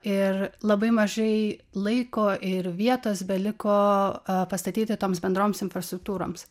ir labai mažai laiko ir vietos beliko pastatyti toms bendroms infrastruktūroms